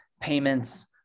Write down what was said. payments